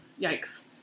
yikes